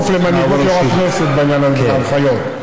בכפוף למנהיגות יו"ר הכנסת בעניין הזה ולהנחיות.